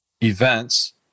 events